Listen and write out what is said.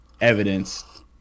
evidence